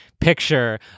picture